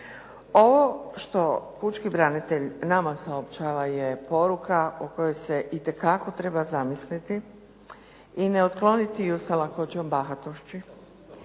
Ovo što pučki pravobranitelj nama saopćava je poruka o kojoj se itekako treba zamisliti i ne otkloniti je sa lakoćom i bahatošću.